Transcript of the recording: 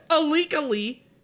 illegally